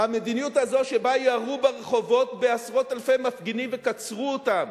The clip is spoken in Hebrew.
המדיניות הזו שבה ירו ברחובות בעשרות-אלפי מפגינים וקצרו אותם,